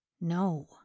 No